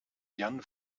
jan